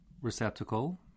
Receptacle